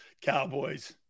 Cowboys